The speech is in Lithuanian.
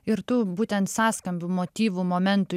ir tų būtent sąskambių motyvų momentų